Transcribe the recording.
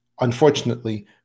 unfortunately